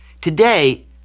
Today